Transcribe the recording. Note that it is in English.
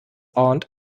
aunt